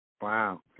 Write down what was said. Wow